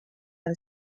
and